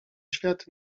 świat